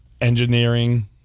engineering